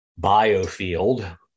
biofield